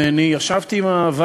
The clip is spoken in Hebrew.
שנמצאת בשלבי הכנה